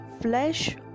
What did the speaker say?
flesh